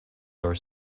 are